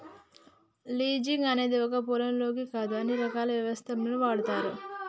leasing అనేది ఒక్క పొలాలకే కాదు అన్ని రకాల వ్యవస్థల్లోనూ వాడతారు